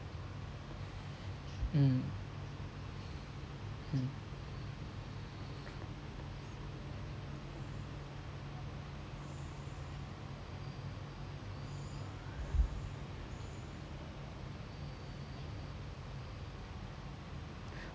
mm mm